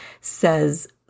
says